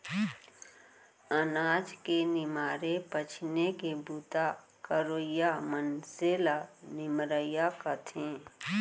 अनाज के निमारे पछीने के बूता करवइया मनसे ल निमरइया कथें